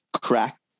crack